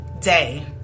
day